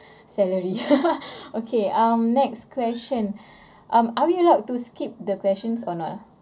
salary okay um next question um are we allowed to skip the questions or not ah